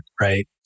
right